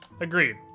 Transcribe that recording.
agreed